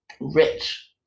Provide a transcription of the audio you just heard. rich